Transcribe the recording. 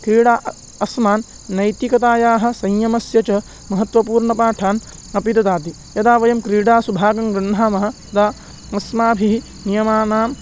क्रीडा अस्मान् नैतिकतायाः संयमस्य च महत्वपूर्ण पाठान् अपि ददाति यदा वयं क्रीडासु भागं गृह्णामः तदा अस्माभिः नियमानाम्